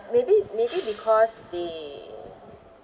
maybe maybe because they